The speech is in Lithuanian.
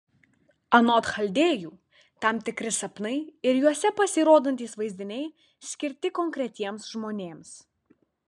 anot chaldėjų tam tikri sapnai ir juose pasirodantys vaizdiniai skirti konkretiems žmonėms